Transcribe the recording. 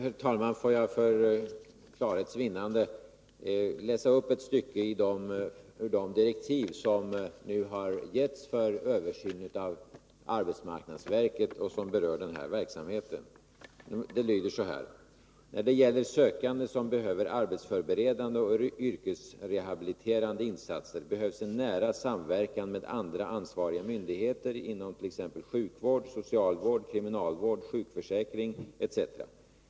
Herr talman! Får jag för klarhets vinnande läsa upp ett stycke ur de direktiv som nu har getts för översynen av arbetsmarknadsverket och som berör denna verksamhet: När det gäller sökande som behöver arbetsförberedande och yrkesrehabiliterande insatser behövs en nära samverkan med andra ansvariga myndigheter inom sjukvård, socialvård, kriminalvård, sjukförsäkring etc.